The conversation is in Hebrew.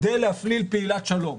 כדי להפליל פעילת שלום.